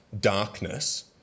darkness